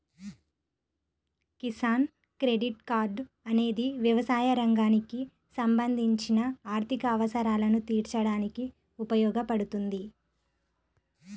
Kisan credit card అనేది వ్యవసాయ రంగానికి సంబంధించిన ఆర్థిక అవసరాలను తీర్చడానికి ఉపయోగపడుతుంది